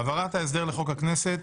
העברת ההסדר לחוק הכנסת